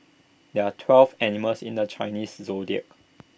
there are twelve animals in the Chinese Zodiac